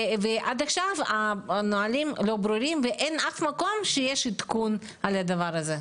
ועד עכשיו הנהלים לא ברורים ואין אף מקום שיש עדכון על הדבר הזה.